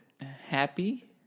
Happy